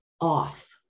off